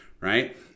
right